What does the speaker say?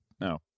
No